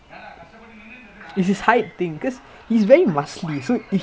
because it's like like that's why